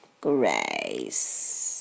Grace